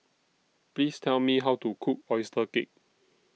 Please Tell Me How to Cook Oyster Cake